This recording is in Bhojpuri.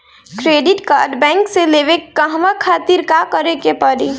क्रेडिट कार्ड बैंक से लेवे कहवा खातिर का करे के पड़ी?